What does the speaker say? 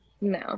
No